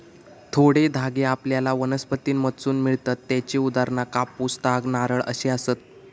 थोडे धागे आपल्याला वनस्पतींमधसून मिळतत त्येची उदाहरणा कापूस, ताग, नारळ अशी आसत